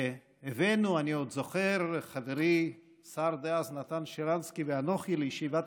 אני עוד זוכר שכשחברי השר דאז נתן שרנסקי ואנוכי הבאנו לישיבת